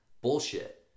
bullshit